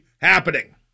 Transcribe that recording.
happening